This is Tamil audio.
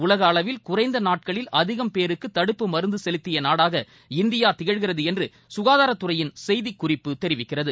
உலக அளவில் குறைந்த நாட்களில் அதிகம் பேருக்கு தடுப்பு மருந்து செலுத்திய நாடாக இந்தியா திகழ்கிறது என்று சுகாதாததுறையின் செய்திக்குறிப்பு தெரிவிக்கிறது